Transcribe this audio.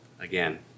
again